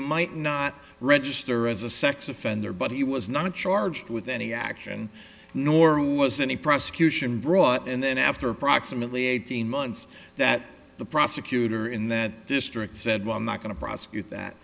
might not register as a sex offender but he was not charged with any action nor was any prosecution brought and then after approximately eighteen months that the prosecutor in the that district said well i'm not going to prosecute that